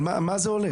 על מה זה הולך?